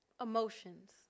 emotions